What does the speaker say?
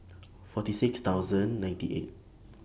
forty six thousand ninety eight